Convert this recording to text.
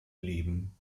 blieben